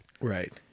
Right